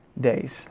days